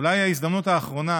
אולי ההזדמנות האחרונה,